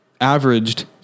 Averaged